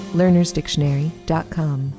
learnersdictionary.com